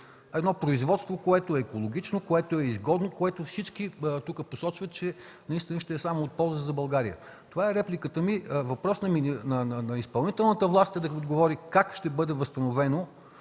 едно производство, което е екологично, изгодно и, както всички тук посочват, ще е само от полза за България. Това е репликата ми. Въпрос на изпълнителната власт е да отговори как ще бъде възстановено